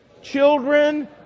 children